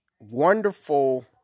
wonderful